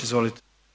Izvolite.